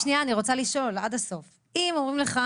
איתן, שנייה,